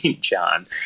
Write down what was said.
John